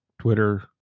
Twitter